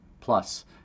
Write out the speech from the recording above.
plus